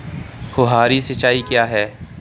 फुहारी सिंचाई क्या है?